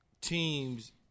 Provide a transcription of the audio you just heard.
teams